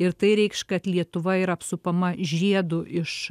ir tai reikš kad lietuva yra apsupama žiedu iš